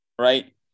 right